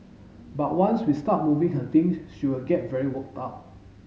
but once we start moving her things she will get very worked up